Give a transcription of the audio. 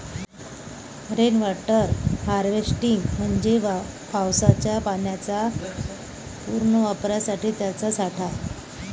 rain water harvesting म्हणजे पावसाच्या पाण्याच्या पुनर्वापरासाठी त्याचा साठा